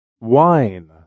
wine